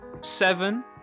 seven